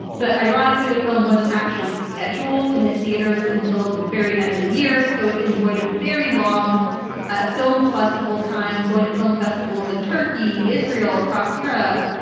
but ironically, the film wasn't actually scheduled to hit theaters until the very end of the year, so it enjoyed a very long ah film festival time, going to film festivals in turkey, israel, across europe,